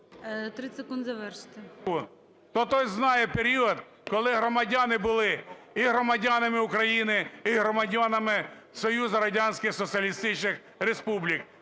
НІМЧЕНКО В.І. …то той знає період, коли громадяни були і громадянами України, і громадянами Союзу Радянських Соціалістичних Республік.